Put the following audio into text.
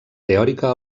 teòrica